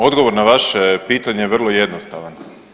Odgovor na vaše pitanje je vrlo jednostavan.